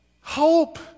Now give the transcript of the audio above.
Hope